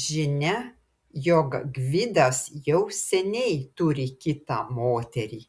žinia jog gvidas jau seniai turi kitą moterį